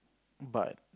but